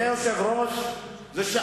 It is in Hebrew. זה חדש?